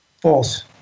false